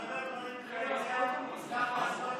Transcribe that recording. למה?